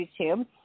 YouTube